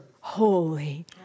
holy